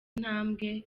intambwe